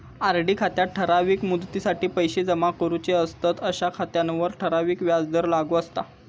RD खात्यात ठराविक मुदतीसाठी पैशे जमा करूचे असतंत अशा खात्यांवर ठराविक व्याजदर लागू असता